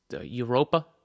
Europa